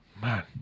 man